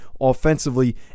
offensively